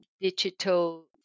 digital